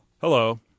Hello